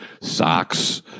socks